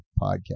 podcast